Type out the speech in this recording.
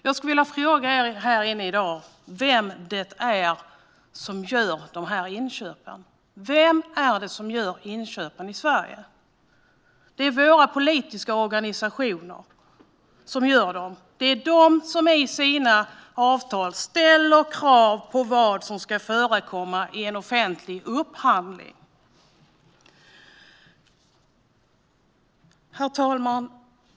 Jag skulle vilja fråga er här inne vem det är som gör de här inköpen. Vem är det som gör inköpen i Sverige? Det är våra politiska organisationer som gör dem. Det är de som i sina avtal ställer krav på vad som ska förekomma i en offentlig upphandling. Herr talman!